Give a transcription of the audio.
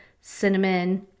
cinnamon